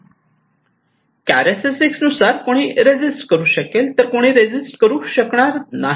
characteristics नुसार कुणी resist करू शकेल तर कुणी रेसिस्ट करू शकणार नाही